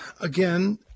again